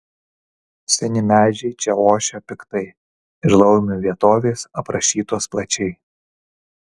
seni medžiai čia ošia piktai ir laumių vietovės aprašytos plačiai